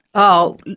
oh,